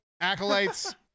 Acolytes